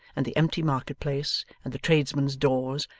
and the empty market-place, and the tradesmen's doors,